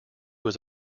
was